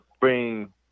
bring